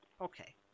Okay